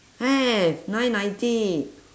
have nine ninety